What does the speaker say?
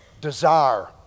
desire